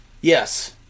Yes